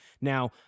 Now